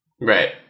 Right